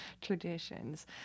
traditions